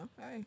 hey